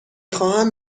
خواهم